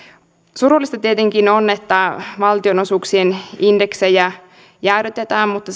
surullista tietenkin on että valtionosuuksien indeksejä jäädytetään mutta